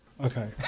Okay